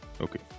okay